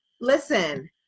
listen